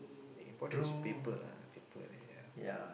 the important is paper lah paper leh ya